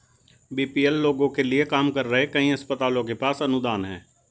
BPL लोगों के लिए काम कर रहे कई अस्पतालों के पास अनुदान हैं